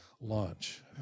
launch